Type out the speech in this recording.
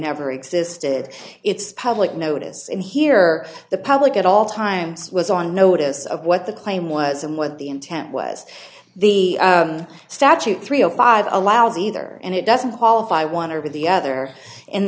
never existed it's public notice and here the public at all times was on notice of what the claim was and what the intent was the statute three of five allows either and it doesn't qualify i want to be the other